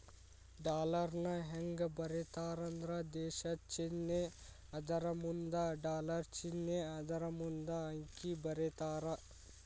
ಡಾಲರ್ನ ಹೆಂಗ ಬರೇತಾರಂದ್ರ ದೇಶದ್ ಚಿನ್ನೆ ಅದರಮುಂದ ಡಾಲರ್ ಚಿನ್ನೆ ಅದರಮುಂದ ಅಂಕಿ ಬರೇತಾರ